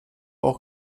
auch